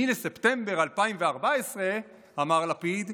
ב-8 בספטמבר 2014 אמר לפיד: